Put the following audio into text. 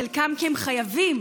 חלקם כי הם חייבים,